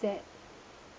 that